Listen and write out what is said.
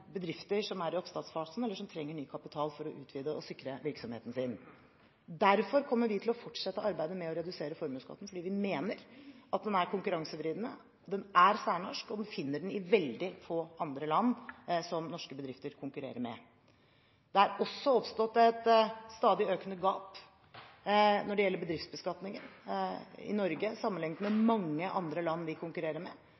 bedrifter som er i oppstartfasen, eller som trenger ny kapital for å utvide og sikre virksomheten sin. Derfor kommer vi til å fortsette arbeidet med å redusere formuesskatten, fordi vi mener at den er konkurransevridende, den er særnorsk, og vi finner den i veldig få land som norske bedrifter konkurrerer med. Det er også oppstått et stadig økende gap når det gjelder bedriftsbeskatningen i Norge, sammenlignet med mange land vi konkurrerer med.